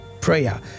prayer